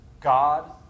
God